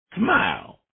Smile